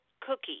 cookie